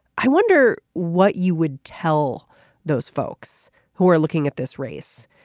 i wonder what you would tell those folks who are looking at this race.